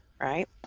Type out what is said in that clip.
right